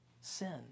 sin